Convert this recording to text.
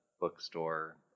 bookstore